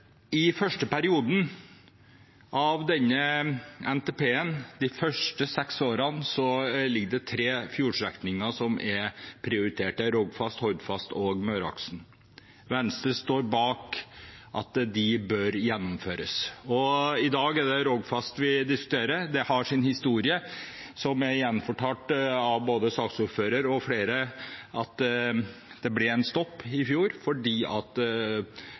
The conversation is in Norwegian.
I den første perioden av denne NTP-en, de første seks årene, er tre fjordstrekninger prioritert – det er Rogfast, Hordfast og Møreaksen. Venstre står bak at de bør gjennomføres. I dag er det Rogfast vi diskuterer. Det har sin historie, som er gjenfortalt av både saksordføreren og flere – det ble en stopp i fjor fordi